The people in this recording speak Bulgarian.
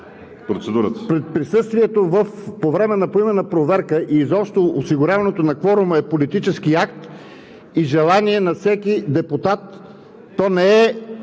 Присъствието по време на поименна проверка и изобщо осигуряването на кворума е политически акт и желание на всеки депутат. То не е